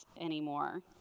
anymore